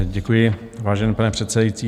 Děkuji, vážený pane předsedající.